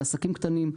לעסקים קטנים,